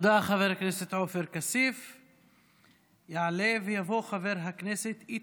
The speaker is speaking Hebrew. היו"ר מנסור עבאס: תודה, חבר הכנסת עופר כסיף.